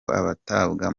batabwa